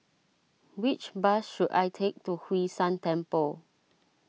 which bus should I take to Hwee San Temple